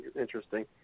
interesting